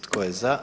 Tko je za?